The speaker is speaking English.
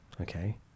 Okay